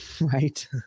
right